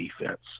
defense